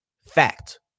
Fact